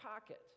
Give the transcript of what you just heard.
pocket